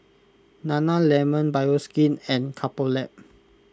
Nana Lemon Bioskin and Couple Lab